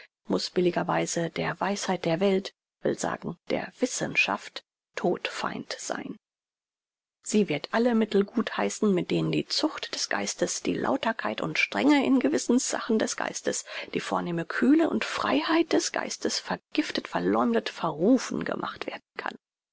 muß billigerweise der weisheit der welt will sagen der wissenschaft todfeind sein sie wird alle mittel gut heißen mit denen die zucht des geistes die lauterkeit und strenge in gewissenssachen des geistes die vornehme kühle und freiheit des geistes vergiftet verleumdet verrufen gemacht werden kann